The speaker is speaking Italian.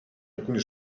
alcune